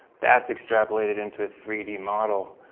that's extrapolated into a three d model,